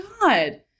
God